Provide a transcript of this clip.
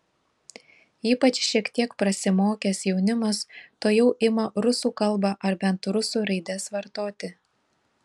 ypač šiek tiek prasimokęs jaunimas tuojau ima rusų kalbą ar bent rusų raides vartoti